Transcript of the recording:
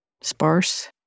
sparse